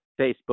Facebook